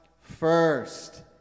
First